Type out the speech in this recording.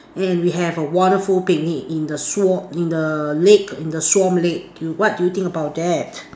and we have a wonderful picnic in the swan in the lake in the swan lake do you what do you think about that